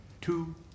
two